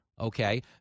Okay